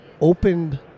opened